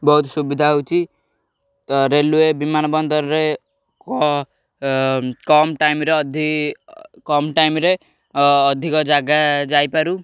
ବହୁତ ସୁବିଧା ହେଉଛି ତ ରେଲୱେ ବିମାନ ବନ୍ଦରରେ କମ୍ ଟାଇମରେ କମ୍ ଟାଇମରେ ଅଧିକ ଜାଗା ଯାଇପାରୁ